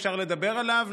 אפשר לדבר עליו,